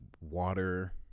water